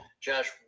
Josh